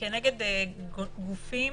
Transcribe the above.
כנגד גופים